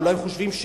אולי חושבים,